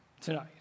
tonight